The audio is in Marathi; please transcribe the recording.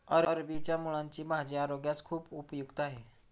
अरबीच्या मुळांची भाजी आरोग्यास खूप उपयुक्त आहे